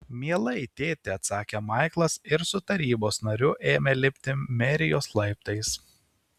mielai tėti atsakė maiklas ir su tarybos nariu ėmė lipti merijos laiptais